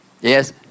Yes